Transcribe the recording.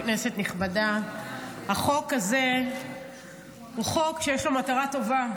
כנסת נכבדה, החוק הזה הוא חוק שיש לו מטרה טובה.